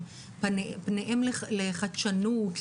פניהם לחדשנות,